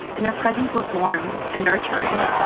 and her presence was warm and nurturing.